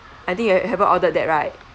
I think you ha~ haven't ordered that right